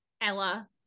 Ella